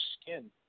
skin